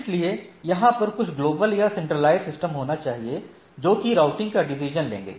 इसलिए यहां पर कुछ ग्लोबल या सेंट्रलाइज सिस्टम होना चाहिए जोकि राउटिंग का डिसीजन लेंगे